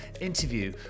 interview